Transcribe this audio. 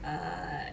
err